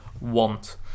want